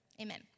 Amen